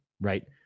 right